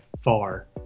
far